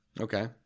Okay